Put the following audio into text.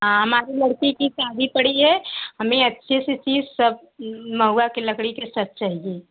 हाँ हमारी लड़की की शादी पड़ी है हमें अच्छे से चीज सब महुआ के लकड़ी के सब चाहिए